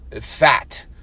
fat